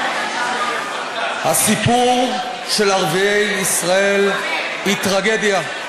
הסיפור של ערביי ישראל הוא טרגדיה,